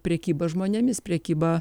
prekyba žmonėmis prekyba